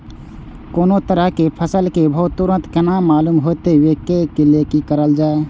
कोनो तरह के फसल के भाव तुरंत केना मालूम होते, वे के लेल की करल जाय?